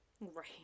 Right